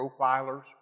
profilers